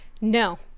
no